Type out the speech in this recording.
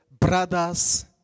brothers